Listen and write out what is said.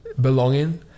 belonging